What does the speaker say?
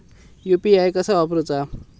UPI कसा वापरूचा?